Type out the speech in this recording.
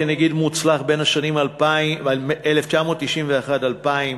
כנגיד מוצלח בין 1991 ל-2000,